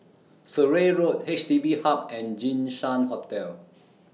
Surrey Road H D B Hub and Jinshan Hotel